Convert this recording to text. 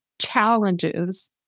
challenges